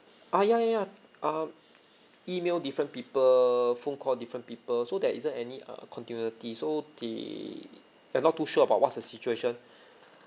ah ya ya ya um email different people phone call different people so there isn't any uh continuity so they they're not too sure about what's the situation